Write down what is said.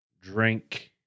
drink